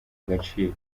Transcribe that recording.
agaciro